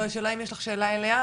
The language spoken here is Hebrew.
השאלה, אם יש לך שאלה אליה?